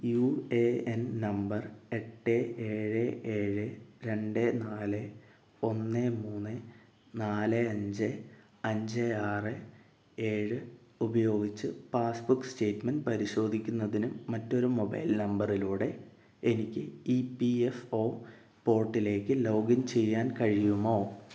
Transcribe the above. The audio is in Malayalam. യു എ എൻ നമ്പർ എട്ട് ഏഴ് ഏഴ് രണ്ട് നാല് ഒന്ന് മൂന്ന് നാല് അഞ്ച് അഞ്ച് ആറ് ഏഴ് ഉപയോഗിച്ച് പാസ്ബുക്ക് സ്റ്റേറ്റ്മെൻ്റ് പരിശോധിക്കുന്നതിന് മറ്റൊരു മൊബൈൽ നമ്പറിലൂടെ എനിക്ക് ഇ പി എഫ് ഒ പോർട്ടിലേക്ക് ലോഗിൻ ചെയ്യാൻ കഴിയുമോ